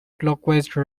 clockwise